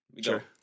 Sure